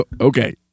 Okay